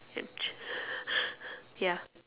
ya